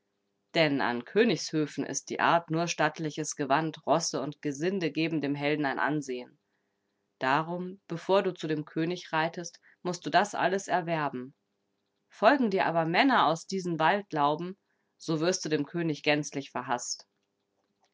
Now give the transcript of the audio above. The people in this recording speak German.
denn an königshöfen ist die art nur stattliches gewand rosse und gesinde geben dem helden ein ansehen darum bevor du zu dem könig reitest mußt du das alles erwerben folgen dir aber männer aus diesen waldlauben so wirst du dem könig gänzlich verhaßt